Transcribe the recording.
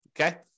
Okay